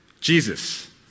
Jesus